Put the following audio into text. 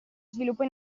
sviluppa